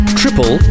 triple